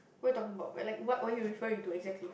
what you talking about like what what you referring to exactly